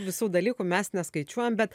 visų dalykų mes neskaičiuojam bet